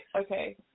Okay